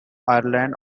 ireland